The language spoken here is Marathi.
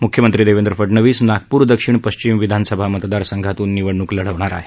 मुख्यमंत्री देवेंद्र फडनवीस नागपूर दक्षिण पश्चिम विधानसभा मतदारसंघातून निवडणूक लढवणार आहेत